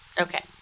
Okay